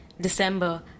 December